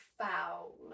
foul